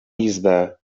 izbę